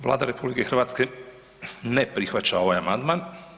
Vlada RH ne prihvaća ovaj amandman.